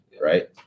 right